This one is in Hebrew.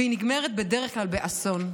והיא נגמרת בדרך כלל באסון.